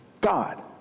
God